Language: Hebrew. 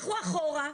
לכו אחורה,